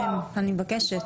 אני מבקשת,